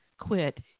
quit